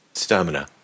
stamina